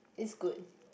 is good